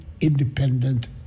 independent